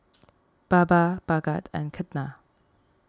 Baba Bhagat and Ketna